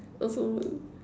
oh so